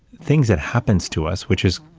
things that happens to us, which is,